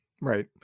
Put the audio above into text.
Right